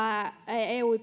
eu